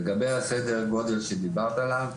לגבי סדר הגודל שדיברת עליו,